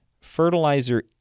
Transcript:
Fertilizer